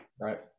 Right